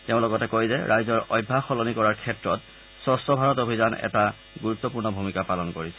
তেওঁ লগতে কয় যে ৰাইজৰ অভ্যাস সলনি কৰাৰ ক্ষেত্ৰত স্বচ্ছ ভাৰত অভিযানে এটা গুৰুত্বপূৰ্ণ ভূমিকা পালন কৰিছে